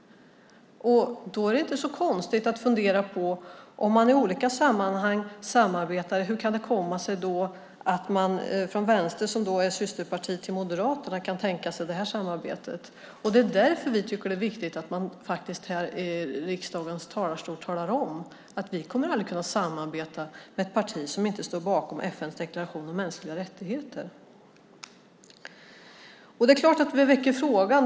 Då är det inte så konstigt att fundera på följande om man i olika sammanhang samarbetar: Hur kan det då komma sig att man från Venstre, som är systerparti till Moderaterna, kan tänka sig detta samarbete? Det är därför som vi tycker att det är viktigt att man här i riksdagens talarstol talar om att vi aldrig kommer att kunna samarbeta med ett parti som inte står bakom FN:s deklaration om mänskliga rättigheter. Det är klart att vi väcker frågan.